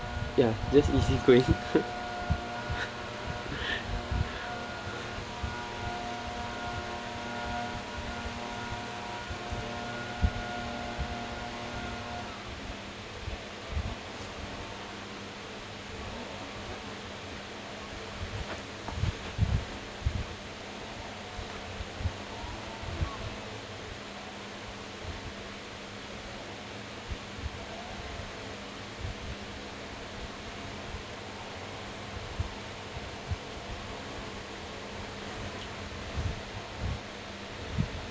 ya just easy going